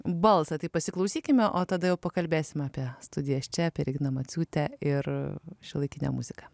balsą taip pasiklausykime o tada jau pakalbėsime apie studijas čia apie reginą maciūtę ir šiuolaikinę muziką